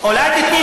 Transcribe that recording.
המחבלים משתמשים